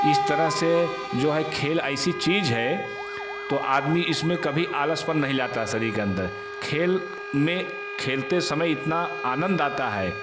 इस तरह से जो खेल ऐसी चीज है तो आदमी इसमें कभी आलसपन नहीं लाता शरीर के अंदर खेल में खेलते समय इतना आनंद आता है